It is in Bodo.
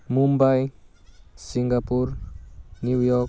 Mumbai Singapore New York